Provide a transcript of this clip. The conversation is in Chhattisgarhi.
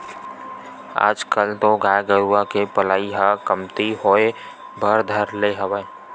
आजकल तो गाय गरुवा के पलई ह कमती होय बर धर ले हवय